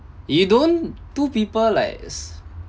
you don't two people like